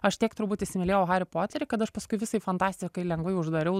aš tiek turbūt įsimylėjau harį poterį kad aš paskui visai fantastikai lengvai uždariau